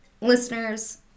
listeners